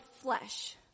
flesh